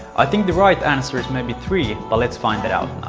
i think the right answer is maybe three, but let's find that out